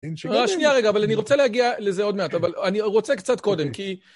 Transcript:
שנייה רגע, אבל אני רוצה להגיע לזה עוד מעט, אבל אני רוצה קצת קודם, כי...